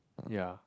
ya